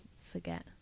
forget